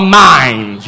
mind